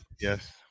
yes